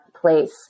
place